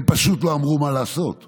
הם פשוט לא אמרו מה לעשות,